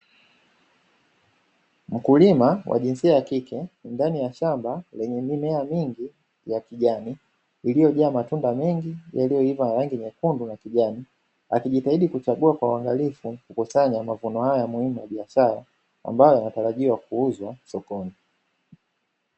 Mkulima wa jinsia ya kike ndani ya shamba lenye mimea mingi ya kijani, iliyojaa matunda mengi yaliyoiva na rangi nyekundu na kijani, akijitahidi kuchagua kwa uangalifu kukusanya mavuni haya ya muhimu ya biashara ambayo yanatarajiwa kuuzwa sokoni.